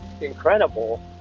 incredible